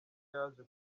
yaje